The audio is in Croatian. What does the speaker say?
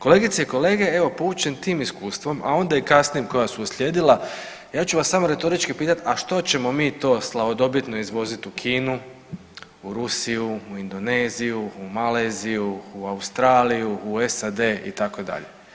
Kolegice i kolege, evo, poučen tim iskustvom, a onda i kasnije koja su uslijedila, ja ću vas samo retorički pitati, a što ćemo mi to slavodobitno izvoziti u Kinu, u Rusiju, u Indoneziju, u Maleziju, u Australiju, u SAD, itd.